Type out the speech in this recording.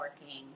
working